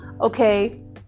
Okay